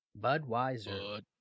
Budweiser